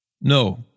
No